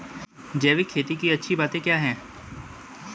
जैविक खेती की अच्छी बातें क्या हैं?